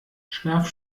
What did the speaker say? schlaf